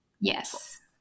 Yes